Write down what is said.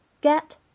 Get